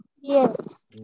Yes